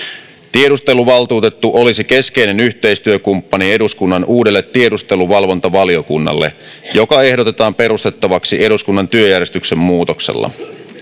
tiedusteluvaltuutettu olisi keskeinen yhteistyökumppani eduskunnan uudelle tiedusteluvalvontavaliokunnalle joka ehdotetaan perustettavaksi eduskunnan työjärjestyksen muutoksella